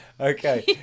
Okay